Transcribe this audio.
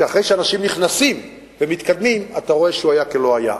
ואחרי שאנשים נכנסים ומתקדמים אתה רואה שהוא היה כלא היה.